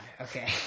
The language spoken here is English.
Okay